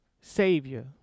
savior